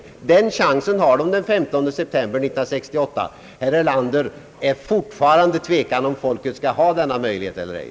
Den chansen har svenska folket den 15 september Ang. den ekonomiska politiken, m. m: 1968. Herr Erlander är fortfarande tveksam om folket skall ha denna möjlighet eller ej.